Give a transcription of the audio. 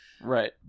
right